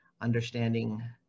understanding